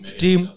team